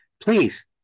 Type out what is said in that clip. Please